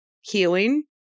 healing